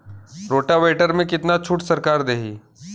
Rotavator में कितना छूट सरकार देही?